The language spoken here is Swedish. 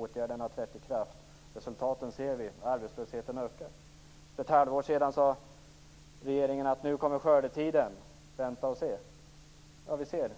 Åtgärderna har trätt i kraft. Resultaten ser vi - arbetslösheten ökar. För ett halvår sedan sade regeringen att skördetiden skulle komma - vänta och se. Vi ser